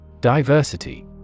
diversity